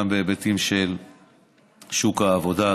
גם בהיבטים של שוק העבודה,